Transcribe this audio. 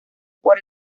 por